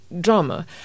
drama